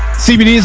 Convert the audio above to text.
cbd